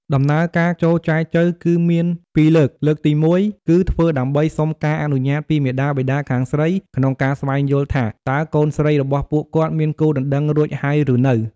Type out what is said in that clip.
ដំណើរ ការចូលចែចូវគឺមានពីរលើក លើកទីមួយ គឺធ្វើដើម្បី សុំការអនុញ្ញាត ពីមាតាបិតាខាងស្រីក្នុងការស្វែងយល់ថាតើកូនស្រីរបស់ពួកគាត់មានគូដណ្តឹងរួចហើយ ឬនៅ។